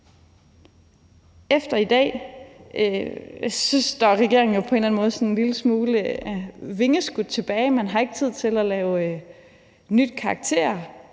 Efter i dag står regeringen jo på en eller anden måde sådan en lille smule vingeskudt tilbage. Man har ikke tid til at lave et nyt